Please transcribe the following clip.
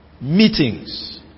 meetings